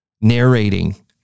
narrating